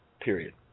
period